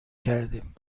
کردیم